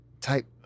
type